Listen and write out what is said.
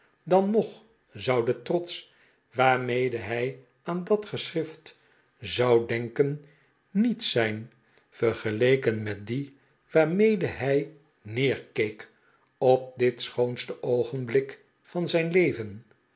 dan nog zou de trots waarmede hij aan dat geschrift zou derrken niets zijn vergeleken met dien waarmede hij neerkeek op dit schoonste oogenblik van zijn leven